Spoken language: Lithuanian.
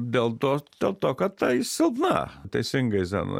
dėl to dėl to kad tai silpna teisingai zenonai